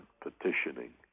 petitioning